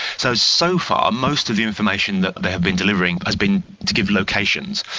so so far, most of the information that they have been delivering has been to give locations,